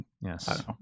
Yes